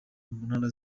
ntara